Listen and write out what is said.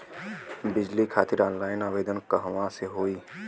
बिजली खातिर ऑनलाइन आवेदन कहवा से होयी?